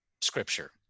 scripture